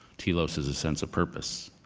telos is a sense of purpose.